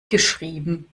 geschrieben